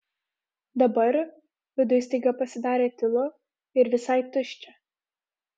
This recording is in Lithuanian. dabar viduj staiga pasidarė tylu ir visai tuščia